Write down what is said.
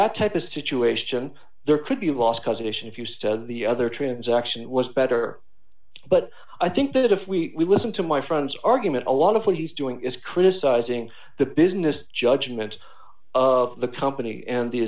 that type of situation there could be a lost cause addition if you said the other transaction was better but i think that if we listen to my friends argument a lot of what he's doing is criticizing the business judgment of the company and the